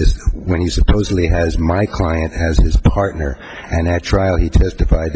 is when he supposedly has my client has his partner and their trial he testified